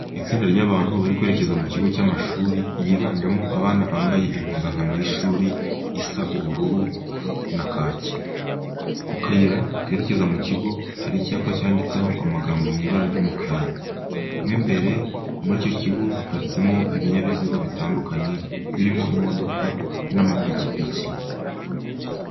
Itsinda ry'abantu bari kwerekeza mu kigo cy'amashuri, ryiganjemo abana bambaye impuzankano y'ishuri isa ubururu na kake. Ku kayira kerekeza mu kigo hari icyapa cyanditseho amagambo mu ibara ry'umukara. Mo imbere muri icyo kigo haparitsemo ibinyabiziga bitandukanye birimo imodoka n'amapikipiki.